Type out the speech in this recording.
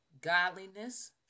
Godliness